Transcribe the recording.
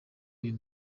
uyu